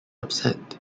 upset